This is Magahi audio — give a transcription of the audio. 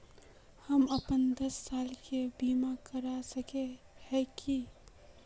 हम अपन दस साल के बीमा करा सके है की?